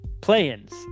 play-ins